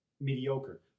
mediocre